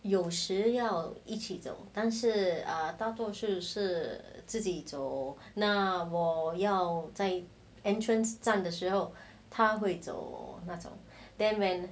有时要一起走但是大多数是自己走那我要在 entrance 站的时候他会走那种 then when